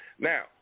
Now